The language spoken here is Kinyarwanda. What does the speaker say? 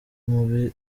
mubi